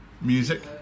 music